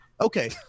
okay